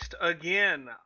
again